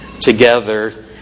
together